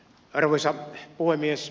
arvoisa puhemies